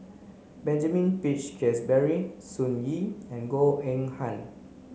Benjamin Peach Keasberry Sun Yee and Goh Eng Han